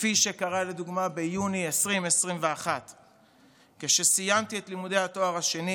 כפי שקרה לדוגמה ביוני 2021. כשסיימתי את לימודי התואר השני